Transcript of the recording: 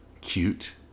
cute